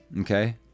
okay